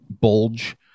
bulge